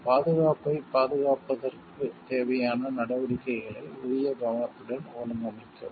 பாதுகாப்பைப் பாதுகாப்பதற்குத் தேவையான நடவடிக்கைகளை உரிய கவனத்துடன் ஒழுங்கமைக்கவும்